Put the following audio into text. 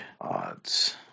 odds